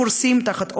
קורסים תחת העומס,